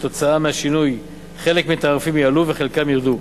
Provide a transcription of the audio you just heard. כתוצאה מהשינוי חלק מהתעריפים יעלו וחלקם ירדו.